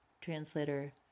translator